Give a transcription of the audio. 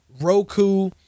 Roku